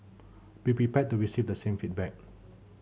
be prepared to receive the same feedback